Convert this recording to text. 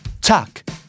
Tuck